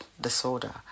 disorder